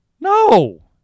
no